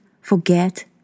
forget